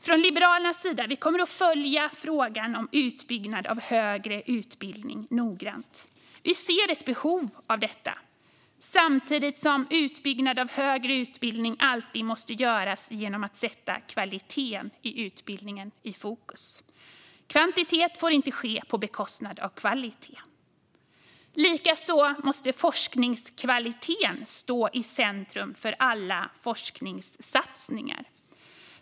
Från Liberalernas sida kommer vi att följa frågan om utbyggnad av högre utbildning noggrant. Vi ser ett behov av detta, samtidigt som utbyggnad av högre utbildning alltid måste göras genom att man sätter kvaliteten i utbildningen i fokus. Kvantitet får inte finnas på bekostnad av kvalitet. Likaså måste forskningskvaliteten stå i centrum för alla forskningssatsningar.